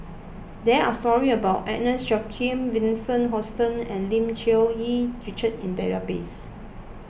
there are stories about Agnes Joaquim Vincent Hoisington and Lim Cherng Yih Richard in the database